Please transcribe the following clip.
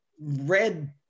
red